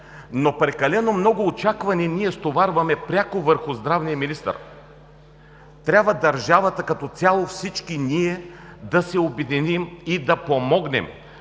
Но прекалено много очаквания ние стоварваме пряко върху здравния министър. Трябва държавата като цяло и всички ние да се обединим и да помогнем